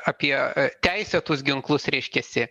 apie teisėtus ginklus reiškiasi